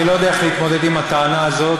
אני לא יודע איך להתמודד עם הטענה הזאת,